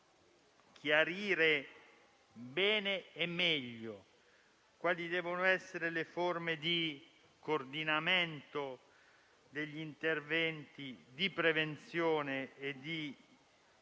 chiarire bene e meglio quali devono essere le forme di coordinamento degli interventi di prevenzione e di